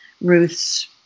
Ruth's